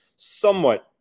somewhat